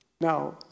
Now